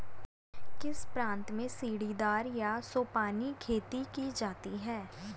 किस प्रांत में सीढ़ीदार या सोपानी खेती की जाती है?